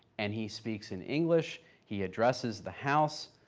and he speaks in english, he addresses the house,